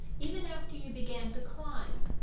even after you began to climb,